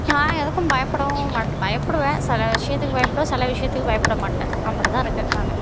நான் எதுக்கும் பயப்படவும் மாட் பயப்படுவேன் சில விஷயத்துக்கு பயப்புடுவேன் சில விஷயத்துக்கு பயப்பட மாட்டேன் அப்படி தான் இருக்கேன் நான்